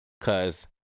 Cause